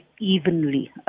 evenly